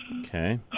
Okay